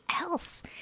else